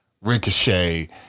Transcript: Ricochet